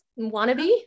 wannabe